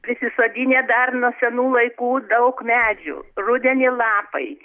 prisisodinę dar nuo senų laikų daug medžių rudenį lapai